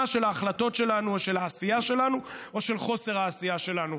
של ההחלטות שלנו או של העשייה שלנו או של חוסר העשייה שלנו.